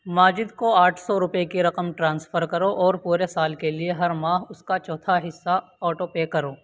ماجد کو آٹھ سو روپئے کی رقم ٹرانسفر کرو اور پورے سال کے لیے ہر ماہ اس کا چوتھا حصہ آٹو پے کرو